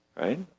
right